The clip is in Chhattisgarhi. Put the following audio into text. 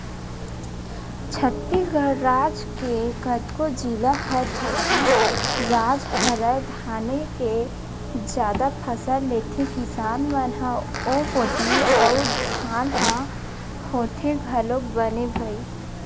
छत्तीसगढ़ राज के कतको जिला ह धनहा राज हरय धाने के जादा फसल लेथे किसान मन ह ओ कोती अउ धान ह होथे घलोक बने भई